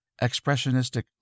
Expressionistic